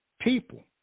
people